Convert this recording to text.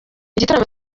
igitaramo